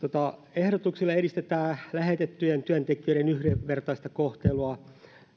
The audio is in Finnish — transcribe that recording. ehdotuksella edistetään lähetettyjen työntekijöiden yhdenvertaista kohtelua